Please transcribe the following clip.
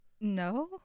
No